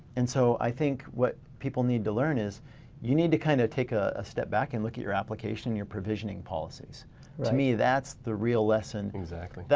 and so i think what people need to learn is you need to kind of take a step back and look at your application, your provisioning policies. to me that's the real lesson. exactly.